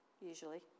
usually